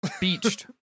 beached